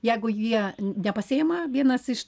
jeigu jie nepasiima vienas iš